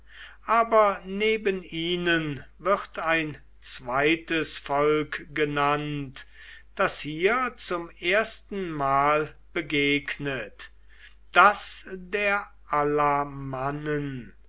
aber neben ihnen wird ein zweites volk genannt das hier zum erstenmal begegnet das der